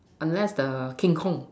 unless the King Kong